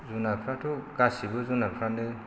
जुनारफ्राथ' गासैबो जुनारफ्रानो